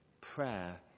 Prayer